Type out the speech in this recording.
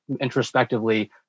introspectively